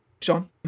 Sean